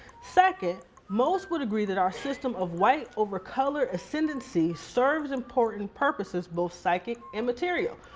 second, most would agree that our system of white over color ascendancy serves important purposes, both psychic and material.